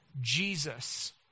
Jesus